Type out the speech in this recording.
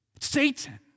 Satan